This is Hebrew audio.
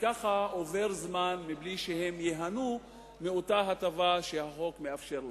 וכך עובר זמן בלי שהם ייהנו מאותה הטבה שהחוק מאפשר להם.